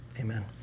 amen